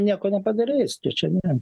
nieko nepadarys tai čia ne